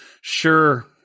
Sure